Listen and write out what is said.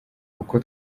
kuko